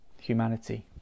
humanity